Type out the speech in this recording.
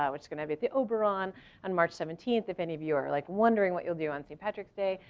which is going to be at the oberon on march seventeenth. if any of you are like wondering what you'll do on st. patrick's day,